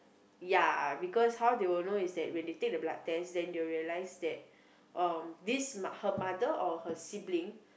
ya because how they will know is that when they take the blood test then they will realise that um this uh her mother or her sibling